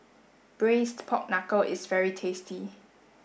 braised pork knuckle is very tasty